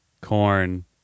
corn